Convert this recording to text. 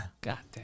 Goddamn